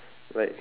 like